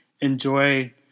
enjoy